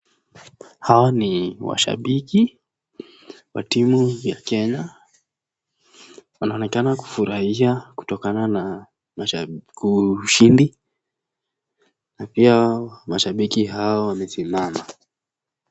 Hao ni washambiki wa timu ya Kenya. Wanaonekana kufurahia kutokana na ushindi na pia mashambiki hao wamesimama.